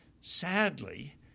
Sadly